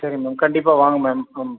சரி மேம் கண்டிப்பாக வாங்க மேம்